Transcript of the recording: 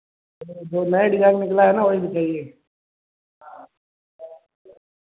जो नए डिजाइन निकला है ना वही दिखाइए